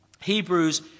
Hebrews